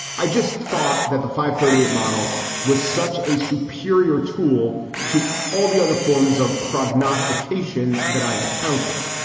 i just thought that the five thirty eight model was such a superior tool to all the other forms of prognostication that i encountered,